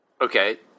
Okay